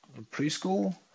preschool